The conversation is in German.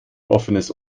offenes